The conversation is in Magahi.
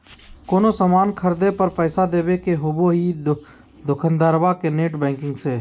कोनो सामान खर्दे पर पैसा देबे के होबो हइ दोकंदारबा के नेट बैंकिंग से